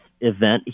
event